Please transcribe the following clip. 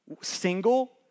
single